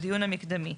בדיון המקדמי,